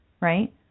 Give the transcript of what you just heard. right